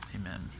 Amen